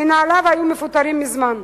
מנהליו היו מפוטרים מזמן.